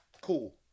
cool